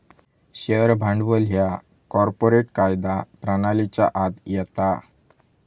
share भांडवल ह्या corporate कायदा प्रणालीच्या आत येता